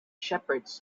shepherds